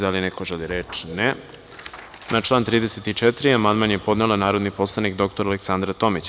Da li neko želi reč? (Ne) Na član 34. amandman je podnela narodni poslanik dr Aleksandra Tomić.